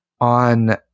on